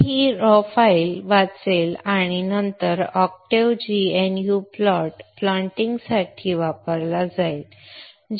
तर ती ही रॉ फाइल वाचेल आणि नंतर octaves gnu प्लॉट प्लॉटिंगसाठी वापरला जाईल